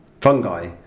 fungi